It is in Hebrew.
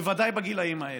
בוודאי בגילים האלה.